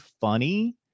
funny